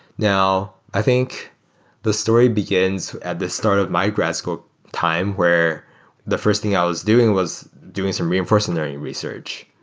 now, i think the story begins at the start of my grad school time, where the first thing i was doing was doing some reinforcement learning research.